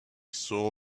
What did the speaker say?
saw